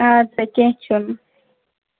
اَدٕ سا کیٚنٛہہ چھُنہٕ